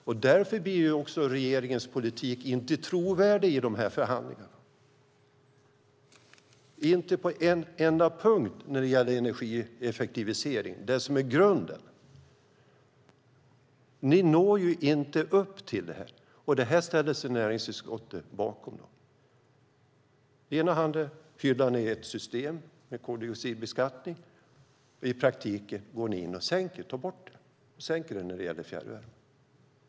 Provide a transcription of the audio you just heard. I de här förhandlingarna blir därför regeringens politik inte trovärdig på en enda punkt när det gäller energieffektivisering, det som är grunden. Ni når inte upp till det här, men näringsutskottet ställer sig bakom det. Ni hyllar ett system med koldioxidbeskattning, men i praktiken går ni in och sänker den när det gäller fjärrvärmen.